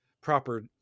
proper